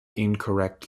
incorrect